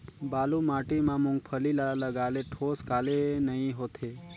बालू माटी मा मुंगफली ला लगाले ठोस काले नइ होथे?